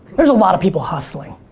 there's a lot of people hustling.